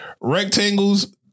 Rectangles